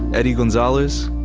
eddie gonzalez,